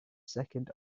second